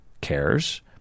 cares